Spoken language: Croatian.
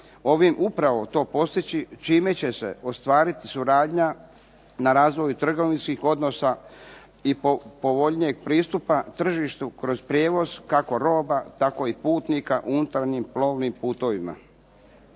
ovim upravo to postići čime će se ostvariti suradnja na razvoju trgovinskih odnosa i povoljnijeg pristupa tržištu kroz prijevoz kako roba tako i putnika unutarnjim plovnim putovima.